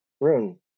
rune